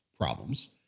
problems